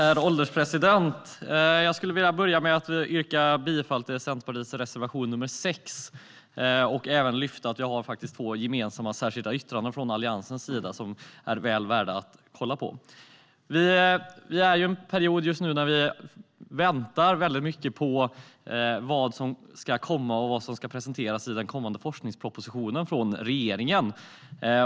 Herr ålderspresident! Jag skulle vilja börja med att yrka bifall till Centerpartiets reservation nr 6 och även lyfta fram att vi från Alliansens sida har två gemensamma särskilda yttranden som är väl värda att kolla på. Vi är i en period just nu där vi väldigt mycket väntar på vad som ska komma och vad som ska presenteras i den kommande forskningspropositionen från regeringen.